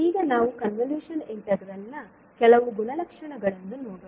ಈಗ ನಾವು convolution integral ನ ಕೆಲವು ಗುಣಲಕ್ಷಣಗಳನ್ನು ನೋಡೋಣ